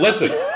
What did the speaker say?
Listen